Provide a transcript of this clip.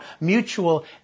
mutual